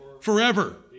forever